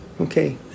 Okay